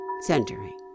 centering